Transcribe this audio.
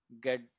get